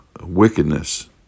wickedness